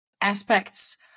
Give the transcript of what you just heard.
aspects